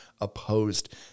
opposed